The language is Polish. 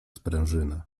sprężyna